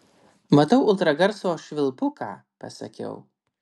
matau ultragarso švilpuką pasakiau